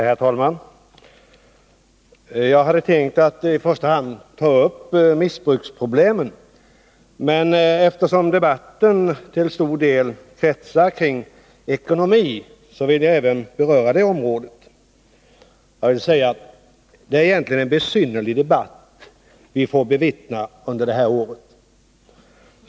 Herr talman! Jag hade tänkt att i första hand ta upp missbruksproblemen, men eftersom debatten till stor del kretsar kring ekonomi vill jag beröra även detta område. Det är egentligen en besynnerlig debatt som vi får ta del av under det här året.